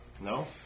No